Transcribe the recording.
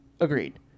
agreed